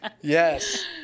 Yes